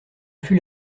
fut